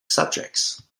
subjects